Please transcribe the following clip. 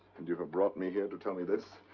and you have brought me here to tell me this?